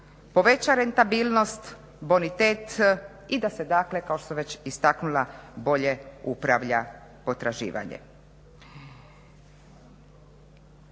poveća rentabilnost, bonitet i da se, dakle kao što sam već istaknula bolje upravlja potraživanje.